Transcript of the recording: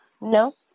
No